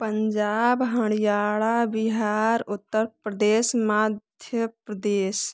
Punjab Haryana Bihar Uttar Pradesh Madhya Pradesh